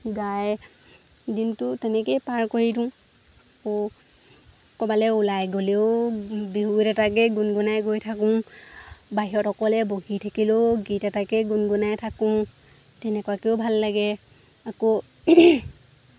গাই দিনটো তেনেকেই পাৰ কৰি দিওঁ আকৌ ক'বালৈ ওলাই গ'লেও বিহু গীত এটাকে গুণগুনাই গৈ থাকোঁ বাহিৰত অকলে বহি থাকিলেও গীত এটাকে গুণগুনাই থাকোঁ তেনেকুৱাকেও ভাল লাগে আকৌ